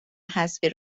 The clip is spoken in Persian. حذفی